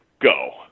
go